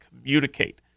communicate